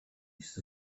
east